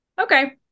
Okay